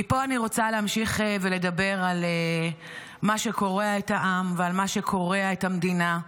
מפה אני רוצה להמשיך ולדבר על מה שקורע את העם ועל מה שקורע את המדינה,